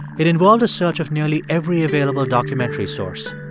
it involved a search of nearly every available documentary source.